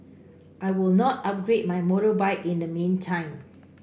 I will not upgrade my motorbike in the meantime